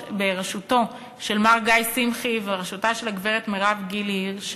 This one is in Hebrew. בראשותו של מר גיא שמחי ובראשותה של הגברת מירב גילי הירש